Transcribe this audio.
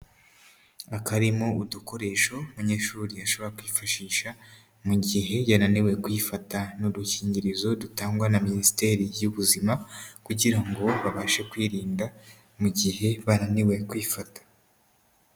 Akarimo udukoresho umunyeshuri ashobora kwifashisha mu gihe yananiwe kwifata, ni udukingirizo dutangwa na Minisiteri y'Ubuzima kugira ngo babashe kwirinda mu gihe bananiwe kwifata.